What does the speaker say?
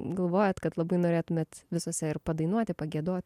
galvojat kad labai norėtumėt visose ir padainuoti pagiedoti